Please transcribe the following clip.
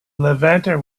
levanter